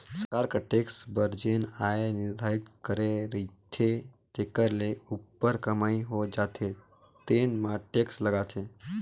सरकार कर टेक्स बर जेन आय निरधारति करे रहिथे तेखर ले उप्पर कमई हो जाथे तेन म टेक्स लागथे